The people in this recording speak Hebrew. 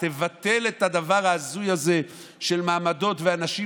תבטל את הדבר ההזוי הזה של מעמדות ואנשים